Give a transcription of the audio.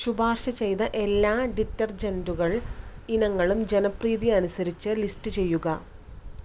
ശുപാർശ ചെയ്ത എല്ലാ ഡിറ്റർജൻറ്റുകൾ ഇനങ്ങളും ജനപ്രീതി അനുസരിച്ച് ലിസ്റ്റ് ചെയ്യുക